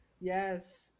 yes